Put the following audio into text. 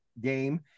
game